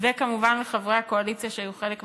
וכמובן לחברי הקואליציה שהיו חלק מהוועדה.